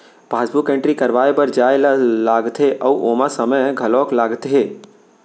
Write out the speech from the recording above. passbook entry करवाए बर जाए ल लागथे अउ ओमा समे घलौक लागथे